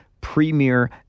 premier